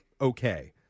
Okay